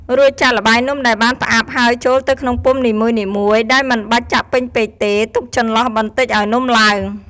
រួចចាក់ល្បាយនំដែលបានផ្អាប់ហើយចូលទៅក្នុងពុម្ពនីមួយៗ ដោយមិនបាច់ចាក់ពេញពេកទេ ទុកចន្លោះបន្តិចឱ្យនំឡើង។